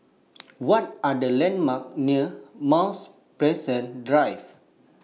What Are The landmarks near Mount Pleasant Drive